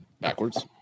backwards